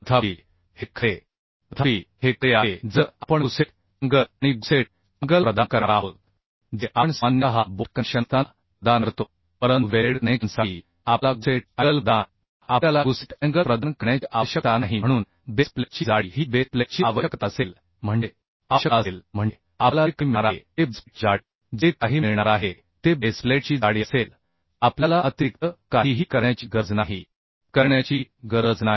तथापि हे खरे आहे जर आपण गुसेट अँगल आणि गुसेट अँगल प्रदान करणार आहोत जे आपण सामान्यतः बोल्ट कनेक्शन असताना प्रदान करतो परंतु वेल्डेड कनेक्शनसाठी आपल्याला गुसेट अँगल प्रदान करण्याची आवश्यकता नाही म्हणून बेस प्लेटची जाडी ही बेस प्लेटची आवश्यकता असेल म्हणजे आपल्याला जे काही मिळणार आहे ते बेस प्लेटची जाडी असेल आपल्याला अतिरिक्त काहीही करण्याची गरज नाही